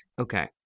Okay